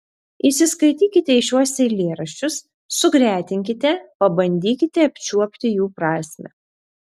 įsiskaitykite į šiuos eilėraščius sugretinkite pabandykite apčiuopti jų prasmę